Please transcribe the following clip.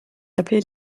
appelés